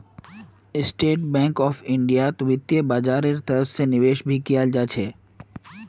state bank of इन्डियात वित्तीय बाजारेर तरफ से निवेश भी कियाल जा छे